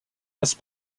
passe